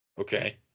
Okay